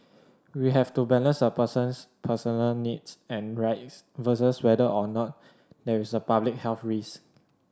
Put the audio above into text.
we have to balance a person's personal needs and rights versus whether or not there is a public health risk